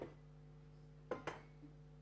אבל אנחנו רואים, גם את וגם